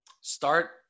Start